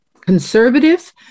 conservative